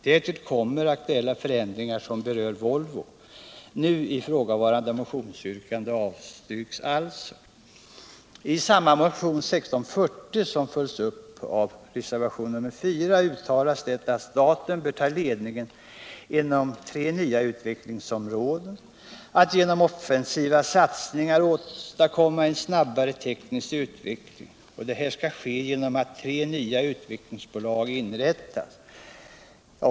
Därtill kommer aktuella förändringar som berör Volvo. Nu ifrågavarande motionsyrkande avstyrks alltså. I samma motion, 1640, som följs upp av reservation nr 4, uttalas det att staten bör ta ledningen inom tre nya utvecklingsområden och genom offensiva satsningar åstadkomma en snabbare teknisk utveckling. Det skall ske genom att tre nya utvecklingsbolag inrättas.